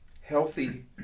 healthy